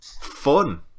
fun